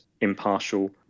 impartial